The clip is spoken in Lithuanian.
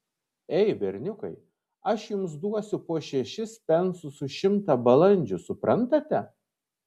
ei berniukai aš jums duosiu po šešis pensus už šimtą balandžių suprantate